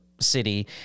city